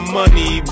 money